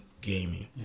gaming